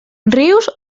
rius